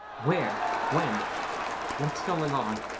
where when what's going on?